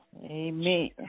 Amen